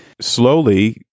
slowly